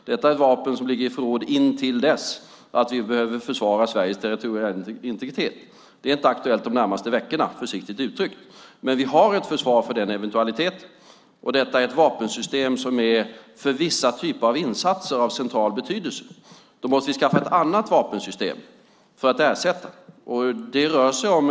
Det är ett vapen som ligger i förråd till dess att vi behöver försvara Sveriges territoriella integritet. Det är inte aktuellt de närmaste veckorna, försiktigt uttryckt, men vi har ett försvar för den eventualiteten. Detta är ett vapensystem som för vissa typer av insatser är av central betydelse. Då måste vi skaffa ett annat vapensystem för att ersätta det.